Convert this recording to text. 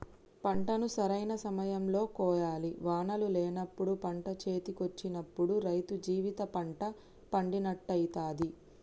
పంటను సరైన సమయం లో కోయాలి వానలు లేనప్పుడు పంట చేతికొచ్చినప్పుడు రైతు జీవిత పంట పండినట్టయితది